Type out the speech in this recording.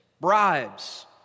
bribes